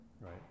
right